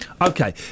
Okay